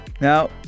Now